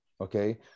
okay